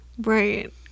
Right